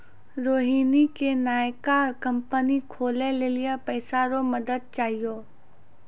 रोहिणी के नयका कंपनी खोलै लेली पैसा रो मदद चाहियो